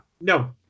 No